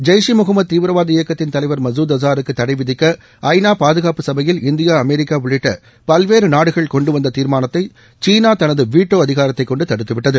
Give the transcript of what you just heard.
ஜெய்ஷ் இ முகமது தீவிரவாத இயக்கத்தின் தலைவர் மசூத் அஸாருக்கு தடை விதிக்க ஐநா பாதுகாப்பு சபையில் இந்தியா அமெரிக்கா உள்ளிட்ட பல்வேறு நாடுகள் கொண்டு வந்த தீர்மானத்தை சீனா தனது வீட்டோ அதிகாரத்தைக் கொண்டு தடுத்துவிட்டது